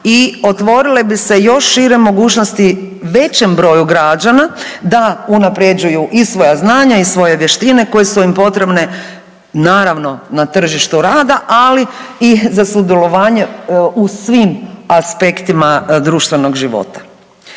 i otvorile bi se još šire mogućnosti većem broju građana da unaprjeđuju i svoja znanja i svoje vještine koje su im potrebne naravno na tržištu rada, ali i za sudjelovanje u svim aspektima društvenog života.